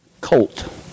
colt